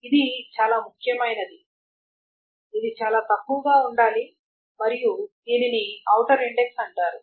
ఇది చాలా ముఖ్యమైనది ఇది చాలా తక్కువగా ఉండాలి మరియు దీనిని ఔటర్ ఇండెక్స్ అంటారు